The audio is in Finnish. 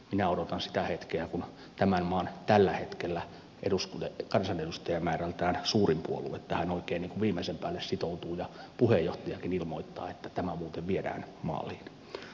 minä odotan sitä hetkeä kun tämän maan tällä hetkellä kansanedustajamäärältään suurin puolue tähän oikein viimeisen päälle sitoutuu ja puheenjohtajakin ilmoittaa että tämä muuten viedään maaliin